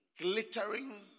glittering